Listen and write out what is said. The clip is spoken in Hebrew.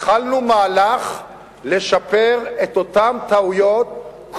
התחלנו מהלך לשפר את אותן טעויות,